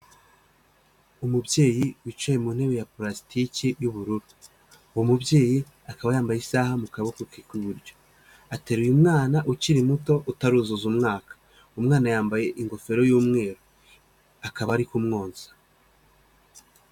Umubyeyi wicaye mu ntebe ya palastiki y'ubururu, uwo mubyeyi akaba yambaye isaha mu kaboko kw'iburyo, ateru uyu mwana ukiri muto utaruzuza umwaka, umwana yambaye ingofero y'umweru akaba ari kumwonsa.